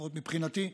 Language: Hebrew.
לפחות מבחינתי,